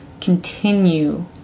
continue